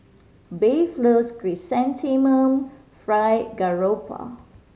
Bev loves Chrysanthemum Fried Garoupa